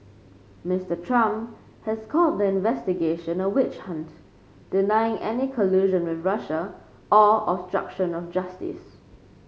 Mister Trump has called the investigation a witch hunt denying any collusion with Russia or obstruction of justice